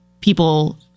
people